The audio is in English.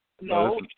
no